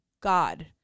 God